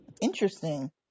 interesting